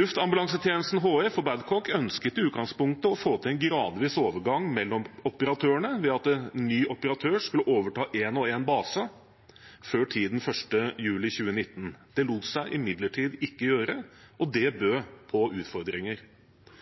Luftambulansetjenesten HF og Babcock ønsket i utgangspunktet å få til en gradvis overgang mellom operatørene, ved at ny operatør skulle overta én og én base før 1. juli 2019. Det lot seg imidlertid ikke gjøre, og det bød på utfordringer.